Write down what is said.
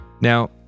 Now